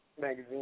magazine